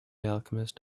alchemist